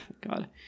God